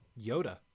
Yoda